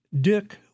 Dick